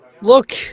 Look